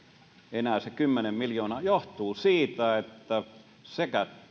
enää kymmenen miljoonaa johtuu siitä että sekä